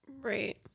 Right